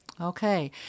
Okay